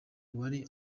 wari